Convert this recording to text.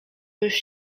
już